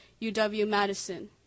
UW-Madison